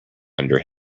under